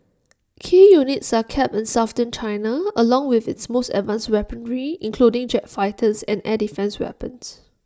key units are kept in southern China along with its most advanced weaponry including jet fighters and air defence weapons